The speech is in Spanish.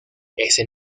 ese